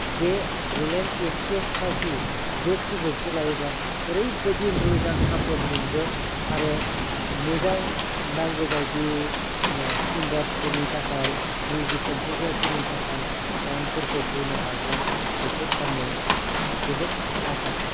बे रलेन एक्सपि एस थारति बे केबर्दखौ लायोबा ओरैबायदि मोजां सापर्त मोनगोन आरो मोजां नांगौबायदि सिंगार्सफोरनि थाखाय मिउजिग कमपजारफोरनि थाखाय सावनफोरखौ होनो हागोन बेखौ आङो जोबोद आसा खालामबायआरो